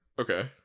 Okay